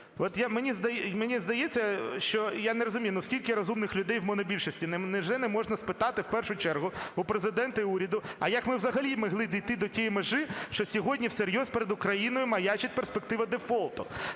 мені здається, що… я не розумію, ну, скільки розумних людей у монобільшості. Невже не можна спитати в першу чергу в Президента і в уряду, а як ми взагалі могли дійти до тієї межі, що сьогодні всерйоз перед Україною маячить перспектива дефолту?